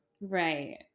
right